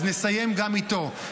אז נסיים גם איתו.